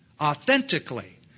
authentically